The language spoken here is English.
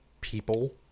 people